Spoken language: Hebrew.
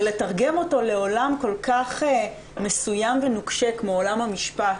לתרגם אותו לעולם כל כך מסוים ונוקשה כמו עולם המשפט,